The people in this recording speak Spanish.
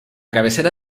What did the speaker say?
cabecera